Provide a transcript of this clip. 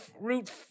root